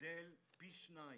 גדל פי שניים,